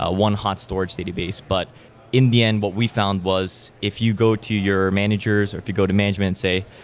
ah one hot storage database, but in the end what we found was if you go to your managers or if you go to management, say,